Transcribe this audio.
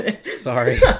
sorry